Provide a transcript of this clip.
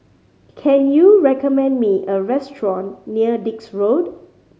can you recommend me a restaurant near Dix Road